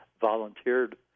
volunteered